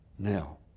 Now